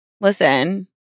Listen